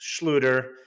Schluter